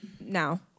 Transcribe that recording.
now